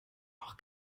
noch